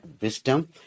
wisdom